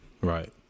right